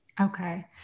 Okay